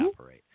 operate